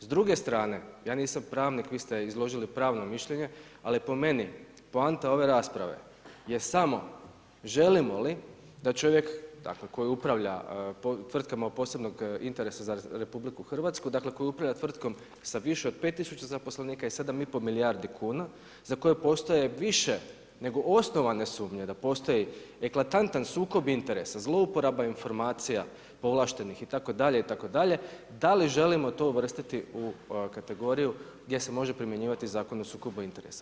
S druge strane, ja nisam pravnik, vi ste izložili pravno mišljenje, ali je po meni poanta ove rasprave je samo želimo li da čovjek koji upravlja tvrtkama od posebnog interesa za RH dakle koji upravlja tvrtkom sa više od 5000 zaposlenika i 7,5 milijardi kuna, za koji postoji više nego osnovane sumnje da postoji eklatantan sukob interesa, zloporaba informacija povlaštenih itd., itd. da li želimo to uvrstiti u kategoriju gdje se može primjenjivati Zakon o sukobu interesa.